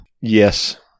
Yes